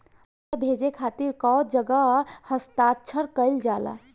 पैसा भेजे के खातिर कै जगह हस्ताक्षर कैइल जाला?